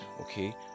Okay